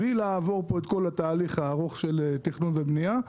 בלי לעבור פה את כל התהליך הארוך של תכנון ובנייה.